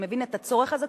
שמבין את הצורך הזה,